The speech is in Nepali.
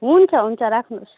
हुन्छ हुन्छ राख्नुहोस्